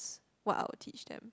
what I would teach them